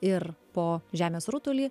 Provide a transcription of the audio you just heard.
ir po žemės rutulį